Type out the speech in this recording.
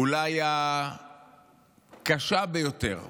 אולי הקשה ביותר,